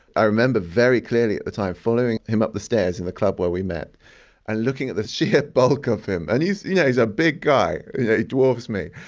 i remember very clearly at the time following him up the stairs in the club where we met and ah looking at the sheer bulk of him. and he's yeah he's a big guy yeah he dwarfs me,